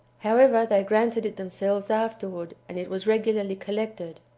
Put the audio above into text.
however, they granted it themselves afterward, and it was regularly collected.